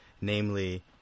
namely